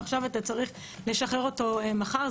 ועכשיו אתה צריך לשחרר אותו מחר.